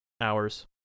hours